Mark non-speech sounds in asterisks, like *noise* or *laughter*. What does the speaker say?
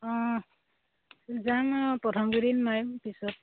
অঁ যাম *unintelligible* পিছত